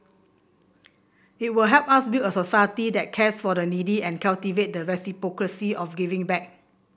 it will help us build a society that cares for the needy and cultivate the reciprocity of giving back